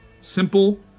Simple